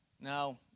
Now